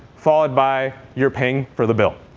followed by you're paying for the bill.